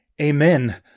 Amen